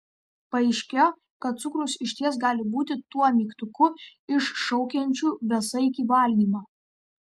paaiškėjo kad cukrus išties gali būti tuo mygtuku iššaukiančiu besaikį valgymą